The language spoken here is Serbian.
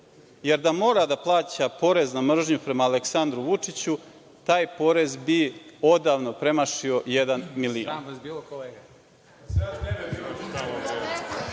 jer da mora da plaća porez na mržnju prema Aleksandru Vučiću, taj porez bi odavno premašio jedan